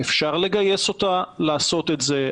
אפשר לגייס אותה לעשות את זה,